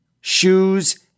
shoes